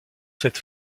cette